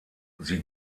sie